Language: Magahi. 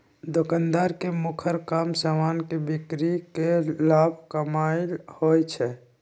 दोकानदार के मुखर काम समान के बिक्री कऽ के लाभ कमानाइ होइ छइ